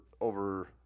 over